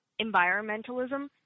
environmentalism